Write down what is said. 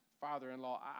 Father-in-law